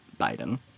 Biden